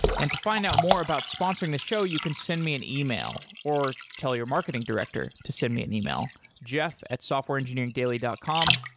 and to find out more about sponsoring the show, you can send me an yeah e-mail or tell your marketing director to send me an e-mail jeff at softwareengineeringdaily dot com.